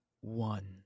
One